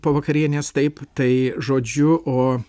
po vakarienės taip tai žodžiu o